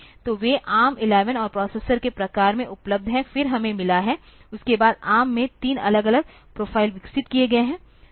तो वे ARM11 और प्रोसेसर के प्रकार में उपलब्ध हैं फिर हमें मिला है उसके बाद ARM ने तीन अलग अलग प्रोफाइल विकसित किए हैं